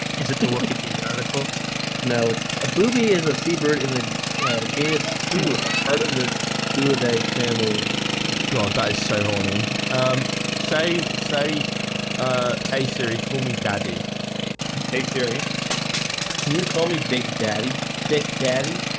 is it the wikipedia article no it's a booby is a sea bird in genus sulha part of the zoo add a family dog dice so ione um say say ah hey siri, call me daddy hey, siri can you call me big daddy thick daddy?